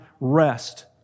rest